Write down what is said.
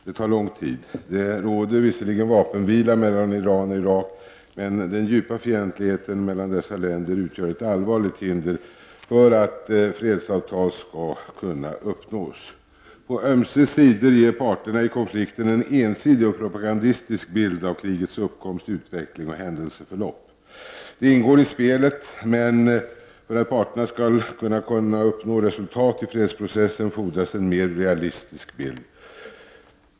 Det tar lång tid. Det råder visserligen vapenvila mellan Iran och Irak, men den djupa fientligheten mellan dessa länder utgör ett allvarligt hinder för att fredsavtal skall kunna uppnås. På ömse sidor ger parterna i konflikten en ensidig och propagandistisk bild av krigets uppkomst, utveckling och händelseförlopp. Det ingår i spelet. För att parterna skall kunna uppnå resultat i fredsprocessen fordras emellertid en mer realistisk bild.